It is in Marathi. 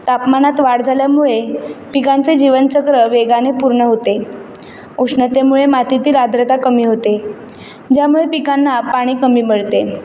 तापमानात वाढ झाल्यामुळे पिकांचे जीवनचक्र वेगाने पूर्ण होते उष्णतेमुळे मातीतील आर्द्रता कमी होते ज्यामुळे पिकांना पाणी कमी मिळते